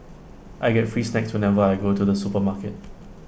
I get free snacks whenever I go to the supermarket